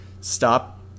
stop